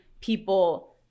people